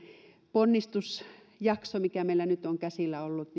ponnistusjakson aikana mikä meillä nyt on käsillä ollut